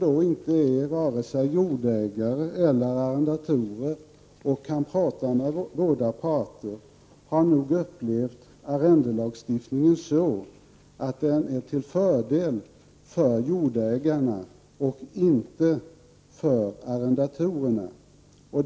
Vi som inte är vare sig jordägare eller arrendatorer och kan tala med båda parter, har nog upplevt det som att arrendelagstiftningen är till fördel för jordägarna och inte för arrendatorerna.